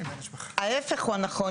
ההיפך הוא הנכון,